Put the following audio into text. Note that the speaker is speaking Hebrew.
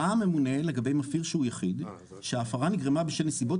ראה הממונה לגבי מפר שהוא יחיד שההפרה נגרמה בשל נסיבות